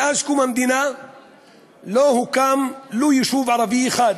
מאז קום המדינה לא הוקם ולו יישוב ערבי אחד,